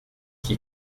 qui